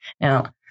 now